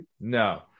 no